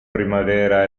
primavera